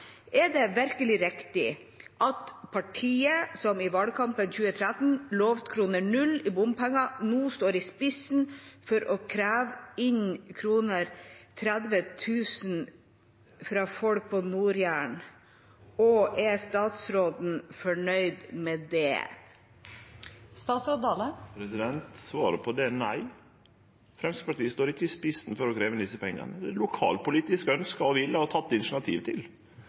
Er det virkelig riktig at partiet som i valgkampen 2013 lovte null kroner i bompenger, nå står i spissen for å kreve inn 30 000 kr fra folk på Nord-Jæren? Er statsråden fornøyd med det? Svaret på det er nei. Framstegspartiet står ikkje i spissen for å krevje inn desse pengane. Det er lokalpolitiske ønske, vilje og initiativ.